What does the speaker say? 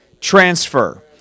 Transfer